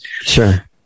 Sure